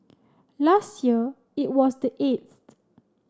last year it was the eighth